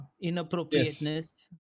inappropriateness